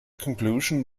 conclusion